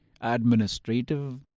administrative